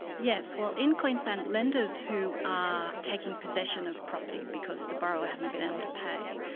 yes, well in queensland, lenders who are taking possession of property because the borrower hasn't been able to pay,